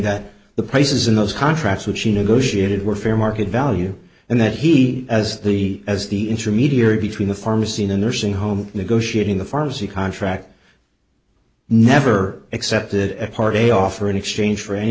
that the prices in those contracts which he negotiated were fair market value and that he as the as the intermediary between the pharmacy in a nursing home negotiating the pharmacy contract never accepted as part of a offer in exchange for any